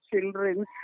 children